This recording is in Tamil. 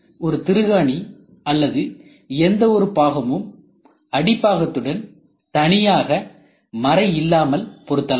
ஒரு திருகாணி அல்லது எந்த ஒரு பாகமும் அடி பாகத்துடன் தனியாக மறை இல்லாமல் பொருத்தலாம்